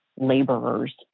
laborers